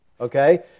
Okay